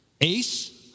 Ace